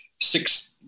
six